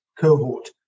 cohort